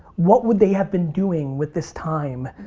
what would they have been doing with this time